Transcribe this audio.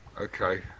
okay